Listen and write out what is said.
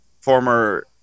former